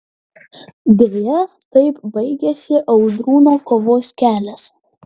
deja taip baigėsi audrūno kovos kelias